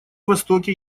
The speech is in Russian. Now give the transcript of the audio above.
востоке